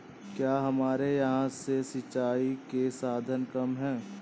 क्या हमारे यहाँ से सिंचाई के साधन कम है?